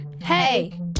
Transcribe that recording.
Hey